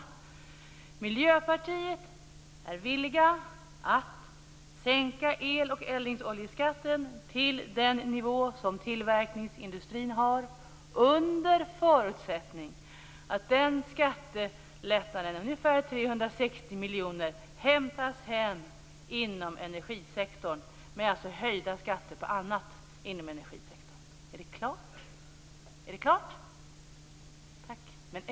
Vi i Miljöpartiet är villiga att sänka el och eldningsoljeskatten till den nivå som gäller för tillverkningsindustrin under förutsättning att denna skattelättnad på ca 360 miljoner hämtas hem inom energisektorn. Det innebär alltså höjda skatter på annat inom energisektorn. Är detta klart?